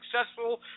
successful